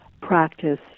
practice